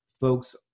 Folks